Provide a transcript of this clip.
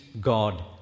God